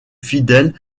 fidèles